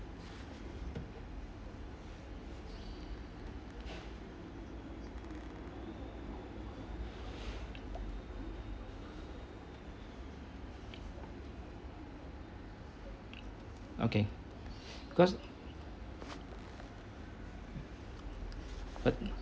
okay cause